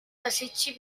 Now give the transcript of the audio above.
desitgi